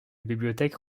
bibliothèque